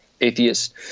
Atheist